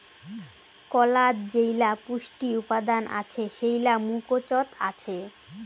কলাত যেইলা পুষ্টি উপাদান আছে সেইলা মুকোচত আছে